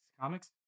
Comics